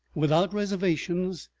without reservations,